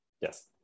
Yes